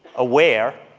aware,